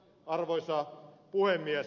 arvoisa puhemies